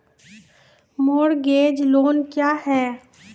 Mortgage loan क्या है?